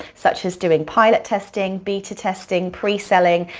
such as doing pilot testing, beta testing, pre-selling,